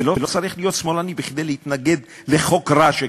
ולא צריך להיות שמאלני כדי להתנגד לחוק רע שכזה.